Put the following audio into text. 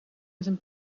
een